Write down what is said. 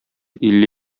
илле